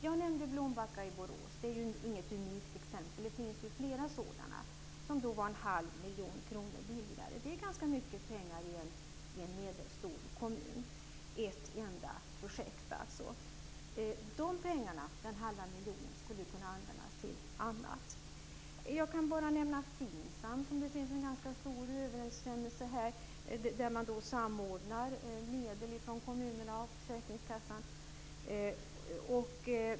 Jag nämnde exemplet Blombacka i Borås - det är inte något unikt utan det finns flera sådana exempel - som var en halv miljon kronor billigare. Det är ganska mycket pengar i en medelstor kommun för ett enda projekt. Dessa pengar skulle kunna användas till annat. Jag kan bara nämna FINSAM, där man samordnar medel från kommunerna och försäkringskassan.